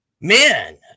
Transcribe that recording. Man